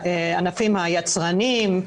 הענפים היצרניים,